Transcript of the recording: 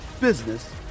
business